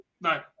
No